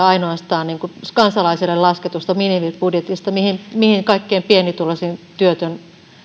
ainoastaan seitsemänkymmentäkolme prosenttia kansalaiselle lasketusta minimibudjetista mihin mihin kaikkein pienituloisin työtön